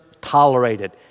tolerated